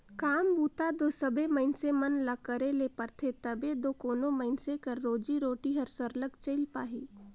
काम बूता दो सबे मइनसे मन ल करे ले परथे तबे दो कोनो मइनसे कर रोजी रोटी हर सरलग चइल पाही